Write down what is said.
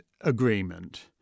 agreement